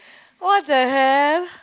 !what-the-hell!